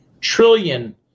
trillion